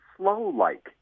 slow-like